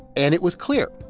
and it was clear,